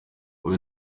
wowe